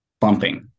bumping